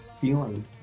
feeling